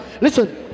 listen